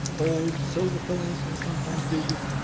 old silver fillings can sometimes do this,